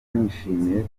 nishimiye